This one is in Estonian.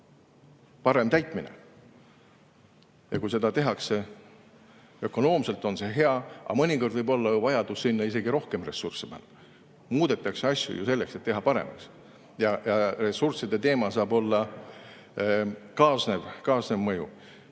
parem täitmine. Kui seda tehakse ökonoomselt, on see hea, aga mõnikord võib olla vaja sinna isegi rohkem ressursse panna. Asju muudetakse ju selleks, et teha neid paremaks ja ressursside teema saab olla kaasnev mõju.